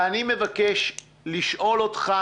ואני מבקש לשאול אותך